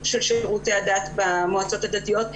של שירותי הדת במועצות הדתיות,